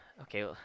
okay